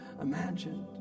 imagined